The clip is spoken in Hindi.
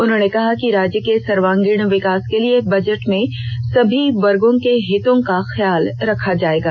उन्होंने कहा कि राज्य के सर्वागींण विकास के लिए बजट में सभी वर्गों के हितों का ख्याल रखा गया है